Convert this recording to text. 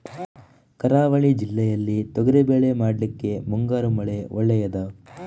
ಕರಾವಳಿ ಜಿಲ್ಲೆಯಲ್ಲಿ ತೊಗರಿಬೇಳೆ ಮಾಡ್ಲಿಕ್ಕೆ ಮುಂಗಾರು ಮಳೆ ಒಳ್ಳೆಯದ?